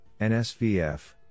NSVF